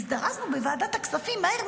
הזדרזנו בוועדת הכספים מהר,